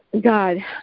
God